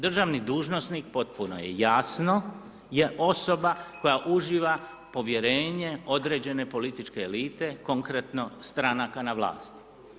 Državni dužnosnik, potpuno je jasno je osoba koja uživa povjerenje određene političke elite, konkretno stranaka na vlasti.